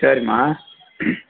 சரிம்மா